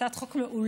הצעת חוק מעולה,